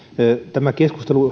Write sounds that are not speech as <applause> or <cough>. tämä keskustelu <unintelligible>